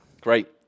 Great